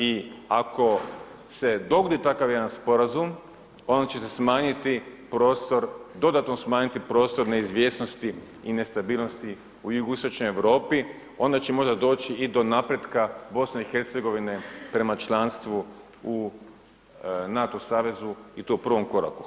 I ako se dogodi takav jedan sporazum, onda će se smanjiti prostor, dodatno smanjiti prostor neizvjesnosti i nestabilnosti u jugoistočnoj Europi, onda će možda doći i do napretka BiH-a prema članstvu u NATO savezu i to u prvom koraku.